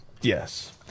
Yes